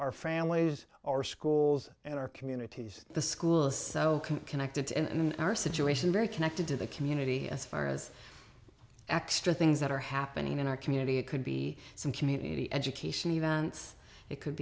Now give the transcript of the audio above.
our families our schools and our communities the schools so connected and in our situation very connected to the community as far as extra things that are happening in our community it could be some community education events it could